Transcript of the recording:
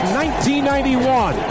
1991